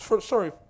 Sorry